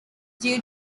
due